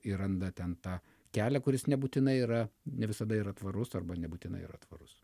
ir randa ten tą kelią kuris nebūtinai yra ne visada yra tvarus arba nebūtinai yra tvarus